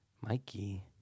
Mikey